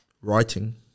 Writing